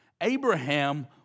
Abraham